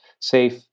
safe